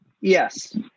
Yes